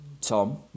Tom